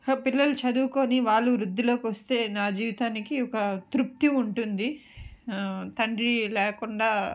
పిల్లలు చదువుకొని వాళ్ళు వృద్ధిలోకి వస్తే నా జీవితానికి ఒక తృప్తి ఉంటుంది తండ్రి లేకుండా